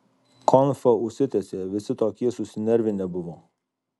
konfa užsitęsė visi tokie susinervinę buvo